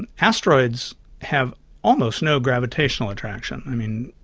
and asteroids have almost no gravitational attraction. i mean,